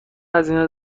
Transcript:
هزینه